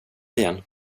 igen